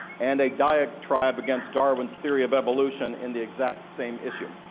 and a diatribe against darwin's theory of evolution in the exact same issue.